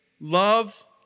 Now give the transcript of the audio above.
love